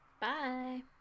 bye